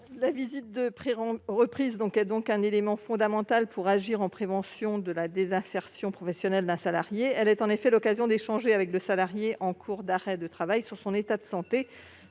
La visite de reprise est un élément fondamental pour agir en prévention de la désinsertion professionnelle d'un salarié. Elle est l'occasion d'échanger avec le salarié en cours d'arrêt de travail sur son état de santé,